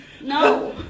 No